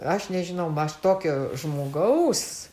aš nežinau aš tokio žmogaus